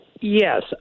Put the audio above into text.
Yes